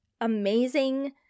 amazing